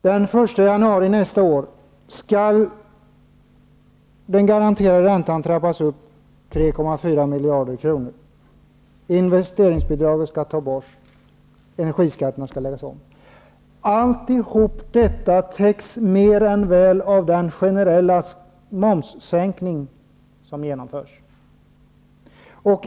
Den 1 januari nästa år skall den garanterade räntan trappas upp 3,4 miljarder kronor, investeringsbidraget skall tas bort, och energiskatterna skall läggas om. Allt detta täcks mer än väl av den generella momssänkning som genomförs.